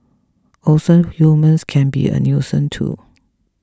also humans can be a nuisance too